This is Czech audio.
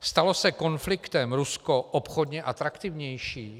Stalo se konfliktem Rusko obchodně atraktivnější?